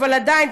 אבל עדיין,